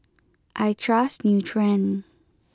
I trust Nutren